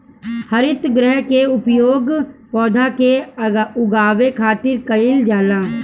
हरितगृह के उपयोग पौधा के उगावे खातिर कईल जाला